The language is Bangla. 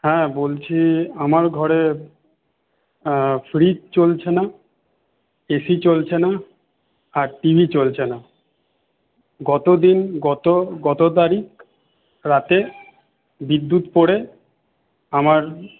হ্যাঁ বলছি আমার ঘরে ফ্রিজ চলছেনা এসি চলছেনা আর টিভি চলছেনা গত দিন গত গত তারিখ রাতে বিদ্যুৎ পড়ে আমার